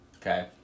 Okay